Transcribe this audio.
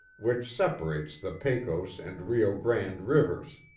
which separates the pecos and rio grande rivers.